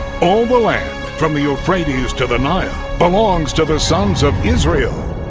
all the land from the euphrates to the nile belongs to the sons of israel.